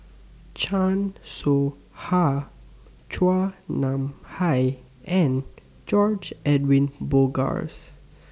Chan Soh Ha Chua Nam Hai and George Edwin Bogaars